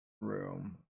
room